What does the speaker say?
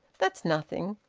that's nothing.